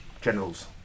generals